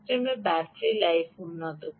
সিস্টেমের battery life উন্নতি